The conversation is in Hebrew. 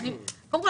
קודם כול,